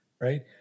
right